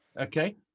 Okay